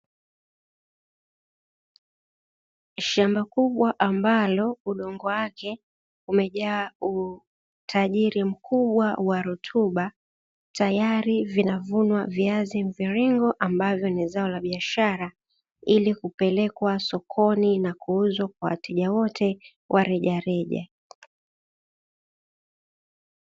Shamba kubwa ambalo udongo wake umejaa utajiri mkubwa wa rutuba tayari vinavumwa viazi mviringo ambavyo ni zao la biashara ili kupelekwa sokoni na kuuzwa kwa wateja wote wa reja reja.